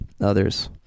others